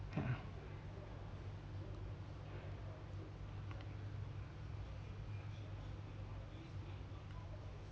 yeah